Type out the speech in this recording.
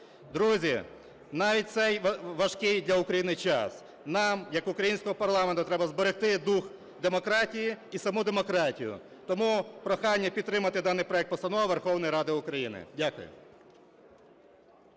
Друзі, навіть у цей важкий для України час нам як українському парламенту треба зберегти дух демократії і саму демократію. Тому прохання підтримати даний проект Постанови Верховної Ради України. Дякую.